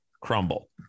crumble